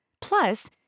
Plus